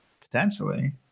potentially